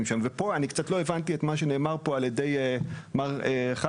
שם ופה אני קצת לא הבנתי את מה שנאמר פה על ידי מר כלפה,